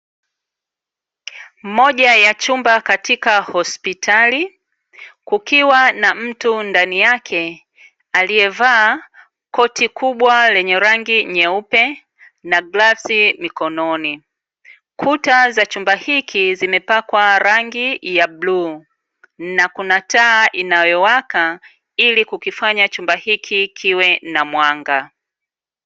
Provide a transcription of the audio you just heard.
Moja ya chumba katika hospitali kukiwa na mtu ndani yake aliyevaa koti kubwa lenye rangi nyeupe na glovu mkononi, kuta za chumba hiki zimepakwa rangi ya bluu na kuna taa inayowaka ili kukifanya chumba hiki kiwe na mwanga.